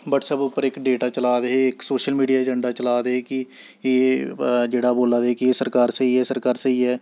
WhatsApp उप्पर इक data चलाऽ दे एह् इक सोशल मीडिया अजैंडा चलाऽ दे एह् कि एह् जेह्ड़ा बोल्ला दे कि सरकार स्हेई ऐ सरकार स्हेई ऐ